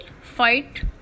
fight